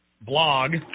blog